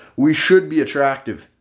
we should be attractive.